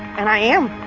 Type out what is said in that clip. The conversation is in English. and i am